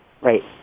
Right